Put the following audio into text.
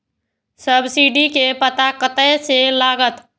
Subsidy के पता कतय से लागत?